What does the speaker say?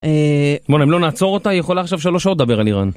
בואנה, אם לא נעצור אותה, היא יכולה עכשיו שלוש שעות לדבר על איראן.